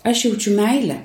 aš jaučiu meilę